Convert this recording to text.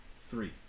Three